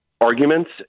arguments